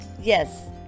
yes